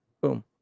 Boom